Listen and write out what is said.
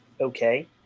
okay